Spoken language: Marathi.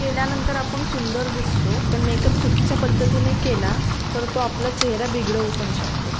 केल्यानंतर आपण सुंदर दिसतो पण मेकअप चुकीच्या पद्धतीने केला तर तो आपला चेहरा बिगडवू पण शकतो